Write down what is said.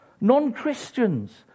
non-Christians